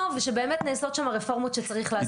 ושבאמת נעשות שם הרפורמות שצריך לעשות.